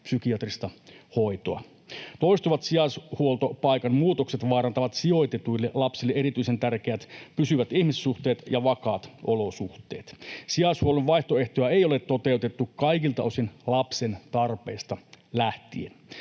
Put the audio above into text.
psykiatrista hoitoa. Toistuvat sijaishuoltopaikan muutokset vaarantavat sijoitetuille lapsille erityisen tärkeät pysyvät ihmissuhteet ja vakaat olosuhteet. Sijaishuollon vaihtoehtoja ei ole toteutettu kaikilta osin lapsen tarpeista lähtien.